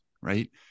right